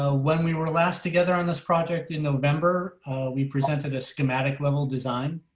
ah when we were last together on this project in november we presented a schematic level design.